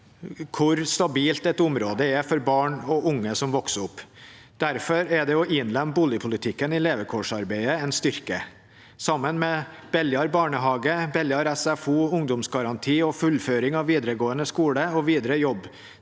hvor stabilt et område er for barn og unge som vokser opp. Det å innlemme boligpolitikken i levekårsarbeidet er en styrke, og sammen med billigere barnehage, billigere SFO, ungdomsgaranti og fullføring av videregående skole og videre